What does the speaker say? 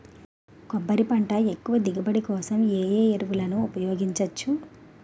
కొబ్బరి పంట ఎక్కువ దిగుబడి కోసం ఏ ఏ ఎరువులను ఉపయోగించచ్చు?